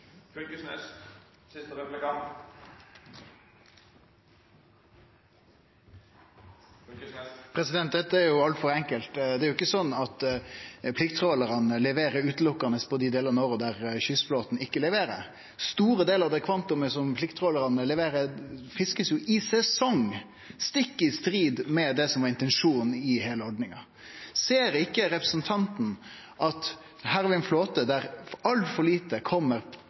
jo ikkje sånn at plikttrålarane berre leverer i dei delane av året kystflåten ikkje leverer. Store delar av det kvantumet som plikttrålarane leverer, blir jo fiska i sesong, stikk i strid med det som var intensjonen i heile ordninga. Ser ikkje representanten at vi her har ein flåte der altfor lite